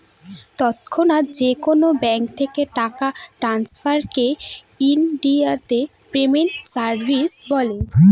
তৎক্ষণাৎ যেকোনো ব্যাঙ্ক থেকে টাকা ট্রান্সফারকে ইনডিয়াতে পেমেন্ট সার্ভিস বলে